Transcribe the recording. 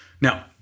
Now